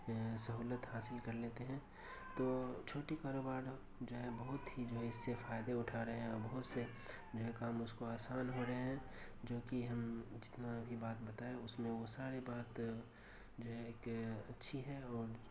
سہولت حاصل کر لیتے ہیں تو چھوٹی کاروبار جو ہے بہت ہی اس سے فائدے اٹھا رہے ہیں اور بہت سے جو ہے کام اس کو آسان ہو رہے ہیں جو کہ ہم جتنا بھی بات بتائیں اس میں وہ سارے بات جو ہے کہ اچھی ہیں اور